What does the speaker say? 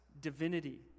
divinity